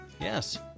Yes